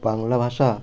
বাংলা ভাষা